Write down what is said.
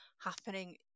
happening